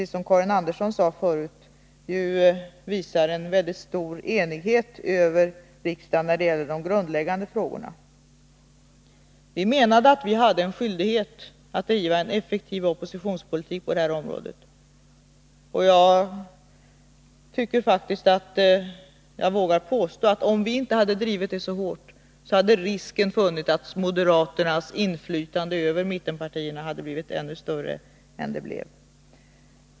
Som Karin Andersson sade visar det sig ju att det finns en mycket stor enighet i riksdagen när det gäller de grundläggande frågorna. Vi menade att vi hade en skyldighet att driva en effektiv oppositionspolitik på detta område. Jag tycker faktiskt att jag vågar påstå, att om vi inte hade drivit vår politik så hårt, hade risken funnits att moderaternas inflytande över mittenpartierna hade blivit ännu större.